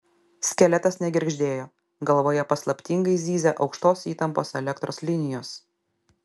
skeletas negirgždėjo galvoje paslaptingai zyzė aukštos įtampos elektros linijos